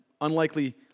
unlikely